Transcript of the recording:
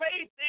faith